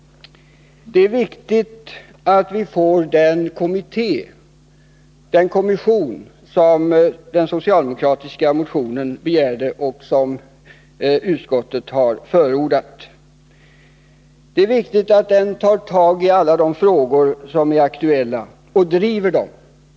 Det är viktigt att vi får den kommission som vi begärt i den socialdemokratiska motionen och som utskottet har förordat. Det är också väsentligt att den tar tag i alla de frågor som är aktuella och driver dem.